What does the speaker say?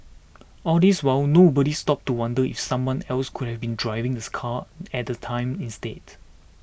all this while nobody stopped to wonder if someone else could have been driving the car at the time instead